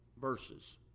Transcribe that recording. verses